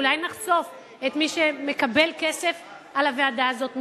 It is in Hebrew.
אולי נחשוף את מי שמקבל כסף על הוועדה הזאת,